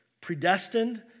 predestined